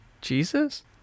Jesus